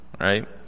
right